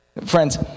Friends